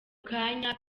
kanya